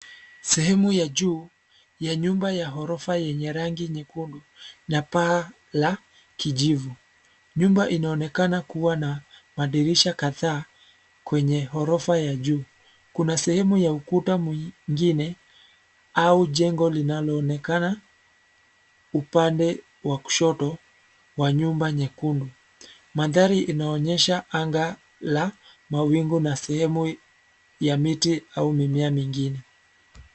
Sehemu ya juu ya nyumba ya gorofa yenye rangi nyekundu na paa la kijivu. Nyumba inaonekana kuwa na madirisha kadhaa kwenye gorofa ya juu. Kuna sehemu ya ukuta mwingine au jengo linaloonekana, upande wa kushoto wa nyumba nyekundu. Mandhari inaonyesha anga la mawingu na sehemu ya miti au mimea mingine.